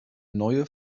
neue